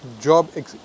job